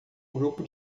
grupo